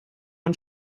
und